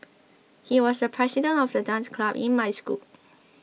he was the president of the dance club in my school